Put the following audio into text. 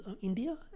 India